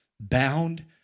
bound